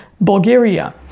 bulgaria